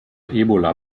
ebola